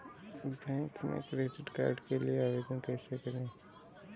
Bank में credit card के लिए आवेदन कैसे करें?